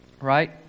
right